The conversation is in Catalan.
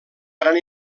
gran